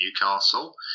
Newcastle